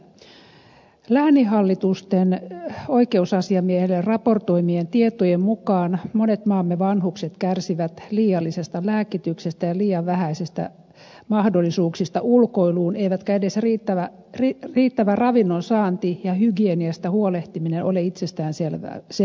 lääninhallitusten oikeusasiamiehelle raportoimien tietojen mukaan monet maamme vanhukset kärsivät liiallisesta lääkityksestä ja liian vähäisistä mahdollisuuksista ulkoiluun eivätkä edes riittävä ravinnon saanti ja hygieniasta huolehtiminen ole itsestäänselvyyksiä